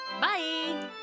bye